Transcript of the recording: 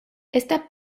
esta